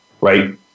right